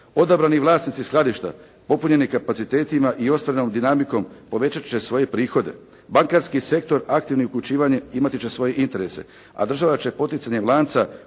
Odabrani vlasnici skladišta popunjeni kapacitetima i ostalom dinamikom povećati će svoje prihode. Bankarski sektor aktivno uključivanje imati će svoje interese, a država će poticanjem lanca